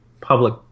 public